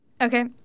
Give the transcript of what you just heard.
Okay